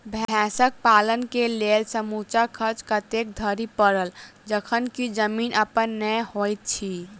भैंसक पालन केँ लेल समूचा खर्चा कतेक धरि पड़त? जखन की जमीन अप्पन नै होइत छी